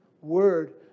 word